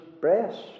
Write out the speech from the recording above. breast